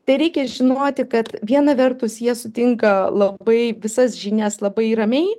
tereikia žinoti kad viena vertus jie sutinka labai visas žinias labai ramiai